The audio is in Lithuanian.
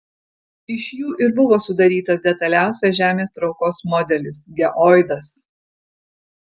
iš jų ir buvo sudarytas detaliausias žemės traukos modelis geoidas